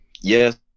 yes